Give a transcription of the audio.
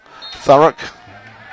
Thurrock